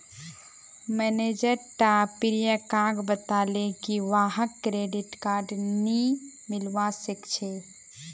manager टा प्रियंकाक बताले की वहाक क्रेडिट कार्ड नी मिलवा सखछे